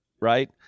right